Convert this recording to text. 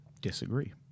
disagree